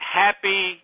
happy